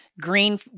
green